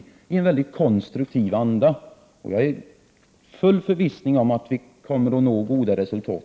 Debatten förs i en mycket konstruktiv anda, och jag är i full förvissning om att vi kommer att nå goda resultat.